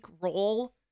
role